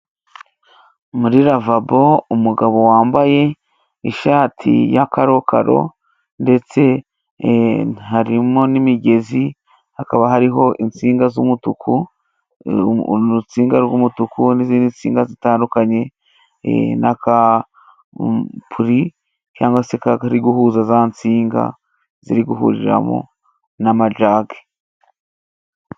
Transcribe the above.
Muri lavabo umugabo wambaye ishati ya karokaro ndetse harimo n'imigezi ,hakaba hariho insinga z'umutuku urutsiga rw'umutuku n'izindi nsinga zitandukanye, n'akapuri cyangwa se kagari guhuza za nsinga ziri guhuriramo n'amajage.